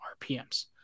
RPMs